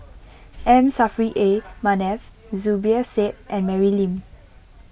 M Saffri A Manaf Zubir Said and Mary Lim